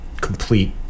complete